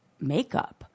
makeup